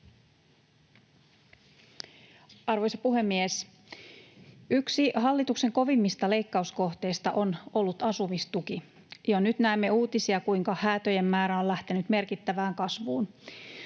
Arvoisa puhemies! Yksi hallituksen kovimmista leikkauskohteista on ollut asumistuki. Jo nyt näemme uutisia, kuinka häätöjen määrä on lähtenyt merkittävään kasvuun.